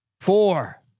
Four